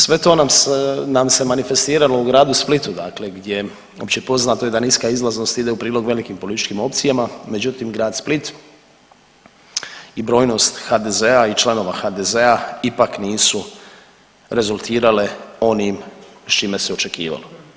Sve to nam se manifestiralo u gradu Splitu dakle gdje općepoznato je da niska izlaznost ide u prilog velikim političkim opcijama međutim grad Split i brojnost HDZ-a i članova HDZ-a ipak nisu rezultirale onim s čime se očekivalo.